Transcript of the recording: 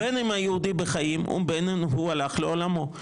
בין אם היהודי בחיים, או בין אם הוא הלך לעולמו.